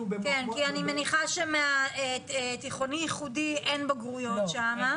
אני מניחה שמהתיכוני ייחודי אין בגרויות שם,